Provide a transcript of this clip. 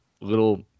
little